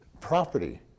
property